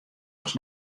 dochs